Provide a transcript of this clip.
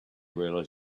realised